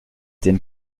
den